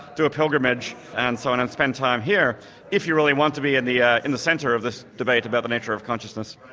do a pilgrimage, and so on, and spend time here if you really want to be in the ah in the centre of this debate about the nature of consciousness.